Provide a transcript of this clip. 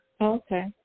okay